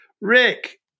Rick